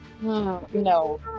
no